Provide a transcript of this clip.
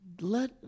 Let